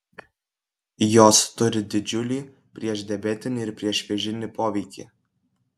jos turi didžiulį priešdiabetinį ir priešvėžinį poveikį